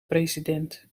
president